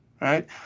right